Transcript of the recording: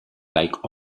like